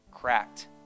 cracked